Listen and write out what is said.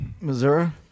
Missouri